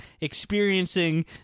experiencing